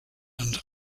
and